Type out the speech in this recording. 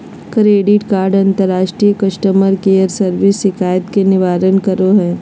credit कार्डव्यू अंतर्राष्ट्रीय customer care service शिकायत के निवारण करो हइ